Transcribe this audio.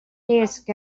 desk